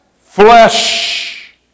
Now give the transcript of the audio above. flesh